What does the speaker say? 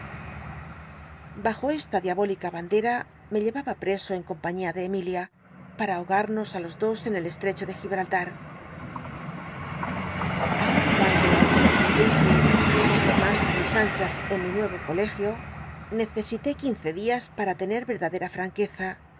dajo esta diabólica bandera me llcmba preso en compaiíia de emilia para ahogarnos i los dos en el estrecho de gibmllar aun cuando al dia siguiente me hallé mas ü mis anchas en mi nuevo colegio necesité quince días p ll'a tener verdadera franqueza